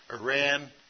Iran